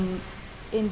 in